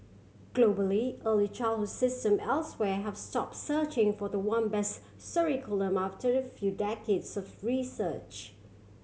globally early childhood system elsewhere have stop searching for the one best curriculum after a few decades surf research